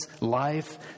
life